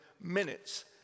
minutes